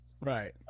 right